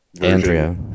Andrea